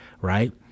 right